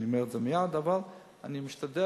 אני אומר את זה מייד, אבל אני משתדל.